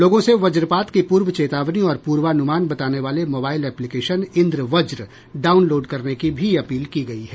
लोगों से वज्रपात की पूर्व चेतावनी और पूर्वानुमान बताने वाले मोबाइल एप्लीकेशन इन्द्रवज् डाउनलोड करने की भी अपील की गयी है